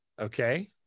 Okay